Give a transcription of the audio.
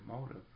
motive